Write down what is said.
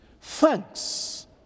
Thanks